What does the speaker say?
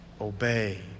obey